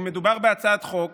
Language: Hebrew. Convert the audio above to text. מדובר בהצעת חוק